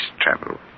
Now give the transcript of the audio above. travel